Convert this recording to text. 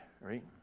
right